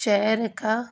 شہر کا